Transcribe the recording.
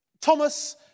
Thomas